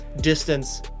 distance